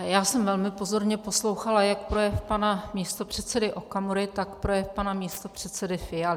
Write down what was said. Já jsem velmi pozorně poslouchala jak projev pana místopředsedy Okamury, tak projev pana místopředsedy Fialy.